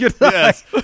Yes